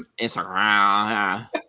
Instagram